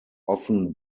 often